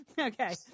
Okay